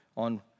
on